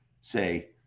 say